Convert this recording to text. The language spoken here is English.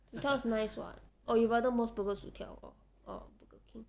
薯条 is nice [what] or you rather Mos Burger 薯条 or or Burger King